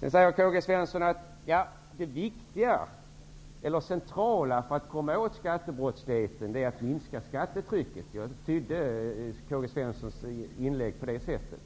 Karl-Gösta Svenson säger vidare att det centrala för att komma åt skattebrottsligheten är att minska skattetrycket -- jag tydde K-G Svensons inlägg på det sättet.